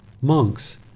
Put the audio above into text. Monks